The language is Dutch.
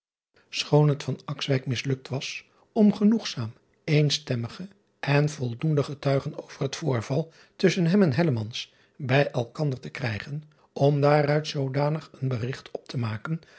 choon het mislukt was om genoegzaam eenstemmige en voldoende getuigen over het voorval tusschen hem en bij elkander te krijgen om daaruit zoodanig een berigt op te maken